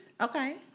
Okay